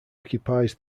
occupies